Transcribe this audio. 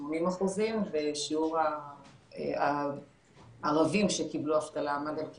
כ-80% ושיעור הערבים שקיבלו אבטלה עמד על כ-20%.